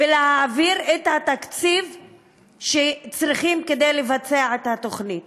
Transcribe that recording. ולהעביר את התקציב שצריך כדי לבצע את התוכנית.